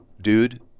dude